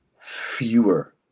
fewer